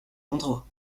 endroits